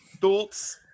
Thoughts